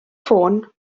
ffôn